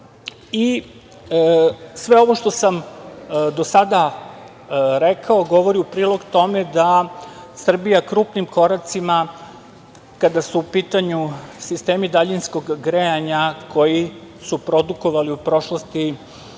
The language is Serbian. evra. Sve ovo što sam do sada rekao govori u prilog tome da Srbija krupnim koracima, kada su u pitanju sistemi daljinskog grejanja koji su produkovali u prošlosti